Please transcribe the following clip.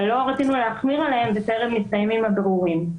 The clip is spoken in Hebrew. אבל לא רצינו להחמיר עליהם בטרם מסתיימים הבירורים.